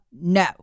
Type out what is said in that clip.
no